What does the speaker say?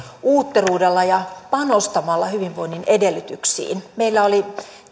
uutteruudella ja panostamalla hyvinvoinnin edellytyksiin meillä oli